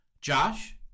Josh